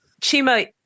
Chima